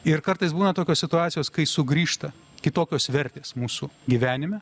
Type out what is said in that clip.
ir kartais būna tokios situacijos kai sugrįžta kitokios vertės mūsų gyvenime